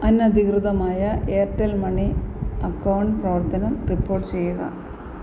അനധികൃതമായ Airtel money account പ്രവർത്തനം report ചെയ്യുക